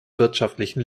wirtschaftlichen